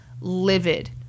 livid